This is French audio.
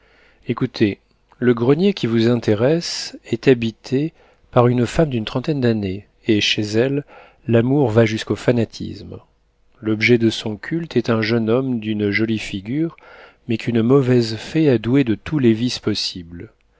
écoutez le grenier qui vous intéresse est habité par une femme d'une trentaine d'années et chez elle l'amour va jusqu'au fanatisme l'objet de son culte est un jeune homme d'une jolie figure mais qu'une mauvaise fée a doué de tous les vices possibles